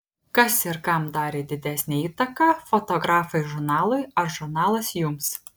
kas ir kam darė didesnę įtaką fotografai žurnalui ar žurnalas jums